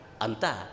Anta